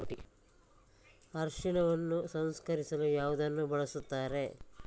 ಅರಿಶಿನವನ್ನು ಸಂಸ್ಕರಿಸಲು ಯಾವುದನ್ನು ಬಳಸುತ್ತಾರೆ?